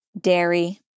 dairy